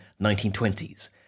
1920s